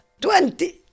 Twenty